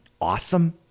awesome